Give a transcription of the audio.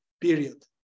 Period